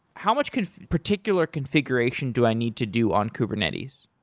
how much can particular configuration do i need to do on kubernetes?